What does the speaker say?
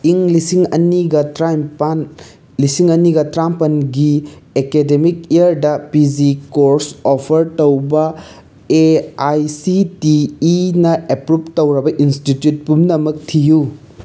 ꯏꯪ ꯂꯤꯁꯤꯡ ꯑꯅꯤꯒ ꯇꯔꯥ ꯅꯤꯄꯥꯟ ꯂꯤꯁꯤꯡ ꯑꯅꯤꯒ ꯇꯔꯥ ꯃꯥꯄꯟꯒꯤ ꯑꯦꯀꯦꯗꯦꯃꯤꯛ ꯏꯌꯥꯔꯗ ꯄꯤ ꯖꯤ ꯀꯣꯔꯁ ꯑꯣꯐꯔ ꯇꯧꯕ ꯑꯦ ꯑꯥꯏ ꯁꯤ ꯇꯤ ꯏꯅ ꯑꯦꯄ꯭ꯔꯨꯞ ꯇꯧꯔꯕ ꯏꯟꯁꯇꯤꯇ꯭ꯌꯨꯠ ꯄꯨꯝꯅꯃꯛ ꯊꯤꯌꯨ